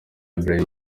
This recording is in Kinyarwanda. ibrahim